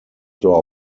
door